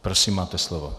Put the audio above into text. Prosím, máte slovo.